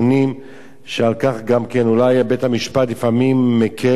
שבהם אולי בית-המשפט לפעמים מקל,